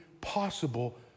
possible